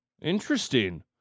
interesting